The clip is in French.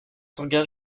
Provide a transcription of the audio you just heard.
sanguin